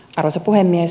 arvoisa puhemies